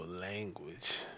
language